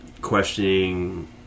questioning